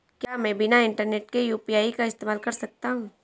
क्या मैं बिना इंटरनेट के यू.पी.आई का इस्तेमाल कर सकता हूं?